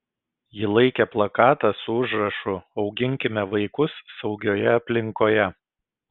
ji laikė plakatą su užrašu auginkime vaikus saugioje aplinkoje